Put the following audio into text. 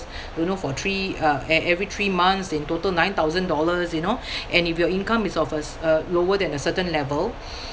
don't know for three uh e~ every three months in total nine thousand dollars you know and if your income is of a cer~ uh lower than a certain level